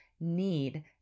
need